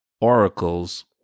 oracles